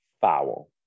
foul